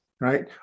right